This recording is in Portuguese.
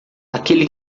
aquele